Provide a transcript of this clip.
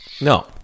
No